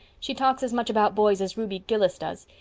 she talks as much about boys as ruby gillis does.